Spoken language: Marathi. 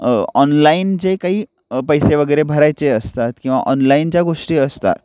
ऑनलाईन जे काही पैसे वगैरे भरायचे असतात किंवा ऑनलाईन ज्या गोष्टी असतात